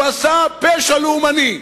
הוא עשה פשע לאומני,